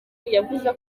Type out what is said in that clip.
yavuze